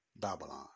Babylon